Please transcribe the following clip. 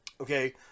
Okay